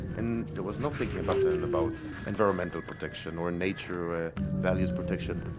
and there was no thinking about and about environmental protection or nature ah value's protection.